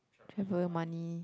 travel money